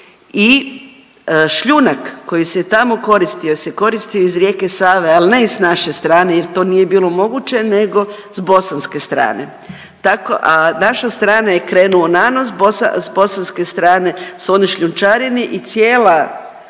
i šljunak koji se tamo koristio se koristio iz rijeke Save ali ne iz naše strane jer to nije bilo moguće nego s bosanske strane. A s naše strane je krenuo nanos, sa bosanske strane su oni šljunčarili i cijela,